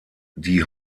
die